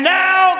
now